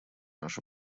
наша